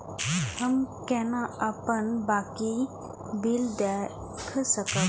हम केना अपन बाँकी बिल देख सकब?